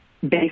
based